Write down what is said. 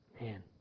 Man